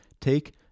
Take